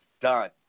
done